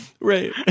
Right